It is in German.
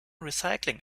recycling